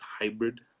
hybrid